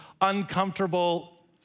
uncomfortable